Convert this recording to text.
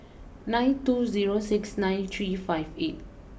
nine two zero six nine three five eight